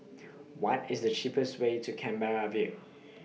What IS The cheapest Way to Canberra View